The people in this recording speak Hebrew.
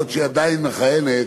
אף שהיא עדיין מכהנת,